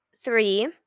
three